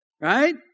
right